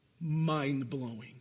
mind-blowing